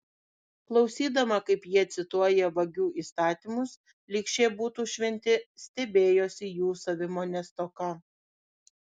klausydama kaip jie cituoja vagių įstatymus lyg šie būtų šventi stebėjosi jų savimonės stoka